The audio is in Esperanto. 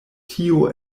tio